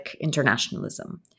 internationalism